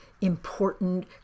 important